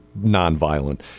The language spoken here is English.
nonviolent